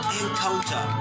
encounter